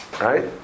right